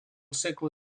segle